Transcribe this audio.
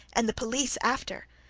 and the police after.